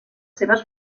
seves